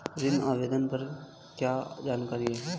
ऋण आवेदन पर क्या जानकारी है?